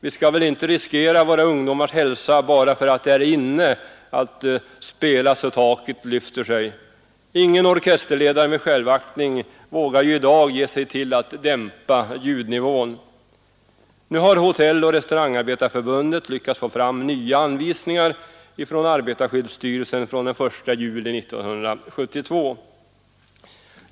Vi skall väl inte riskera våra ungdomars hälsa bara för att det är ”inne” att spela så att taket lyfter sig. Ingen orkesterledare med självaktning vågar i dag ge sig till att dämpa ljudnivån. Nu har Hotelloch restauranganställdas förbund lyckats få fram nya anvisningar ifrån arbetarskyddsstyrelsen från den 1 juli 1972.